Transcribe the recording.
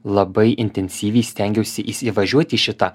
labai intensyviai stengiausi įsivažiuoti į šitą